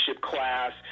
class